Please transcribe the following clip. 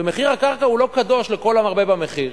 שמחיר הקרקע הוא לא קדוש לכל המרבה במחיר.